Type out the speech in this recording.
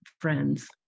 friends